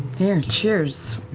here, cheers.